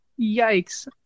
yikes